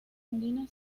andina